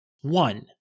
One